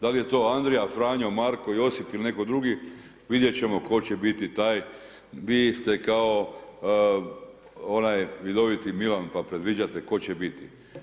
Da li je to Andrija, Franjo, Marko, Josip ili netko drugi, vidjeti ćemo tko će biti taj, vi ste kao onaj vidoviti Milan, pa predviđate tko će biti.